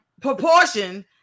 proportion